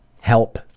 help